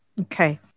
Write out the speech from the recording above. Okay